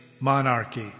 monarchy